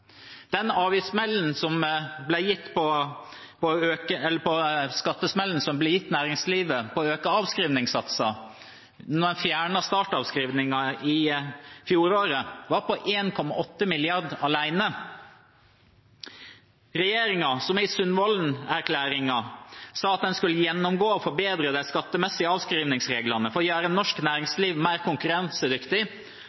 Den skattesmellen som ble gitt til næringslivet ved å øke avskrivningssatser da en fjernet startavskrivningene i fjoråret, var alene på 1,8 mrd. kr. Regjeringen, som i Sundvolden-erklæringen sa at en skulle gjennomgå og forbedre de skattemessige avskrivningsreglene for å gjøre norsk